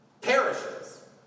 perishes